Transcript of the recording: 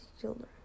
children